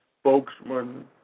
spokesman